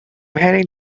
heading